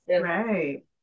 Right